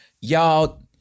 Y'all